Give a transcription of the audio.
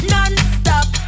Non-stop